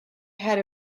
ahead